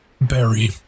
Barry